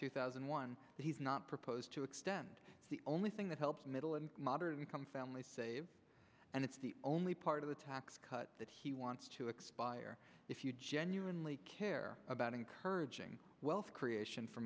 two thousand and one he's not proposed to extend the only thing that helps middle and moderate income families save and it's the only part of the tax cut that he wants to expire if you genuinely care about encouraging wealth creation for